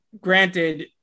Granted